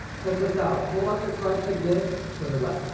check this out. hold off your cards like this to her left.